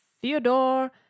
Theodore